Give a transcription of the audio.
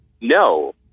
No